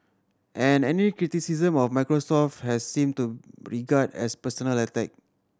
and any criticism of Microsoft has seemed to regard as personal attack